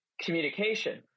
communication